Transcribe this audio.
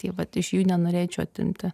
tai vat iš jų nenorėčiau atimti